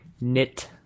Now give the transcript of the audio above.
knit